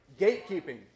Gatekeeping